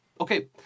Okay